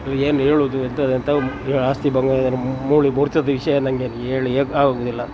ಏನು ಹೇಳುದು ಆಸ್ತಿ ಬಂಗಾರದ ಮೂಳೆ ಮುರಿತದ ವಿಷಯ ನನಗೆ ಆಗುದಿಲ್ಲ